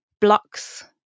blocks